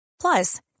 Plus